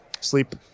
sleep